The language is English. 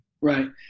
Right